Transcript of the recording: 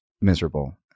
miserable